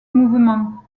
mouvement